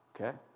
okay